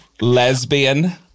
Lesbian